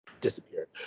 disappeared